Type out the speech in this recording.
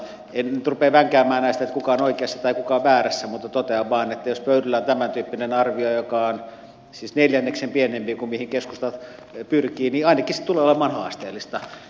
en nyt rupea vänkäämään näistä kuka on oikeassa tai kuka on väärässä mutta totean vain että jos pöyryllä on tämäntyyppinen arvio joka on siis neljänneksen pienempi kuin mihin keskusta pyrkii niin ainakin se tulee olemaan haasteellista